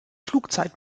flugzeit